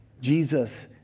Jesus